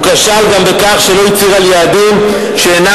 הוא כשל גם בכך שלא הצהיר על יעדים שאינם